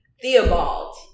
Theobald